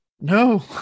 no